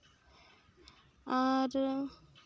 ᱟᱨ